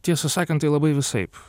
tiesą sakant tai labai visaip